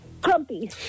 Grumpy